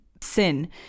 sin